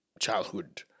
childhood